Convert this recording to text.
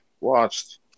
watched